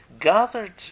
gathered